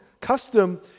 custom